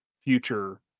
future